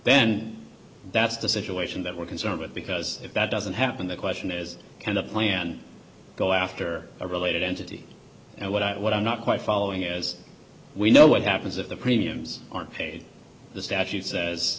then that's the situation that we're concerned with because if that doesn't happen the question is can the plan go after a related entity and what i what i'm not quite following as we know what happens if the premiums aren't paid the statute says